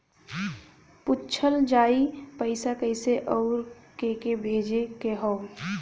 पूछल जाई पइसा कैसे अउर के के भेजे के हौ